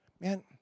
Man